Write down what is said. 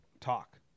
talk